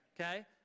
okay